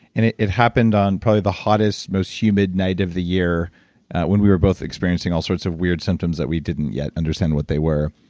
and it it happened on probably the hottest, most humid night of the year when we were both experiencing all sorts of weird symptoms that we didn't yet understand what they were.